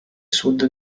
sud